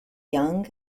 young